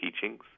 teachings